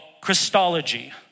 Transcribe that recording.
Christology